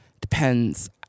depends